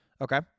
Okay